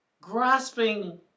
grasping